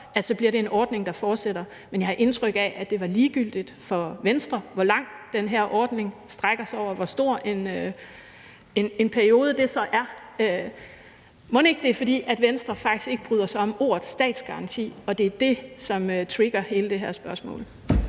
op, så bliver det en ordning, der fortsætter. Men jeg har indtryk af, at det var ligegyldigt for Venstre, hvor langt den her ordning strækker sig over, hvor lang en periode det så er. Mon ikke, det er, fordi Venstre faktisk ikke bryder sig om ordet statsgaranti, og at det er det, som trigger hele det her spørgsmål.